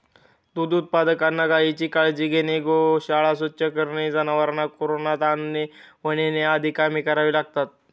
दूध उत्पादकांना गायीची काळजी घेणे, गोशाळा स्वच्छ करणे, जनावरांना कुरणात आणणे व नेणे आदी कामे करावी लागतात